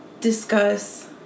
discuss